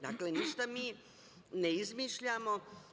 Dakle, ništa mi ne izmišljamo.